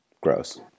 Gross